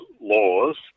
laws